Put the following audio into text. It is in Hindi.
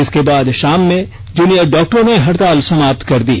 इसके बाद शाम में जूनियर डॉक्टरों ने हड़ताल समाप्त कर दी